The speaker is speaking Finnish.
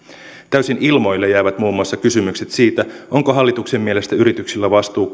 täysin ilmoille jäävät muun muassa kysymykset siitä onko hallituksen mielestä yrityksillä vastuu